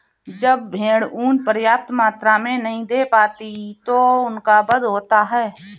जब भेड़ ऊँन पर्याप्त मात्रा में नहीं दे पाती तो उनका वध होता है